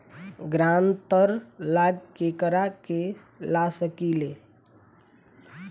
ग्रांतर ला केकरा के ला सकी ले?